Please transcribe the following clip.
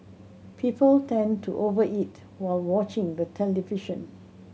people tend to over eat while watching the television